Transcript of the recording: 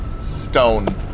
stone